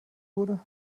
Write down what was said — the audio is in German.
wurde